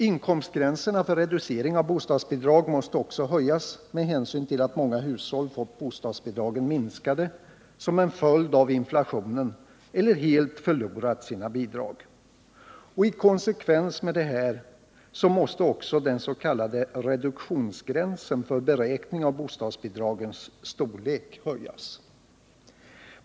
Inkomstgränserna för reducering av bostadsbidrag måste också höjas med hänsyn till att många hushåll fått bostadsbidragen minskade som en följd av inflationen eller helt förlorat sina bidrag. I konsekvens med detta måste också den s.k. reduktionsgränsen för beräkning av bostadsbidragens storlek höjas.